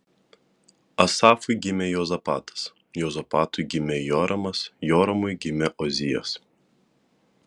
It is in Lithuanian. asafui gimė juozapatas juozapatui gimė joramas joramui gimė ozijas